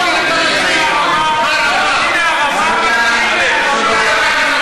אתה לא מתבייש.